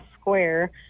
square